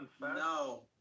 No